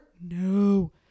No